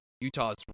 Utah's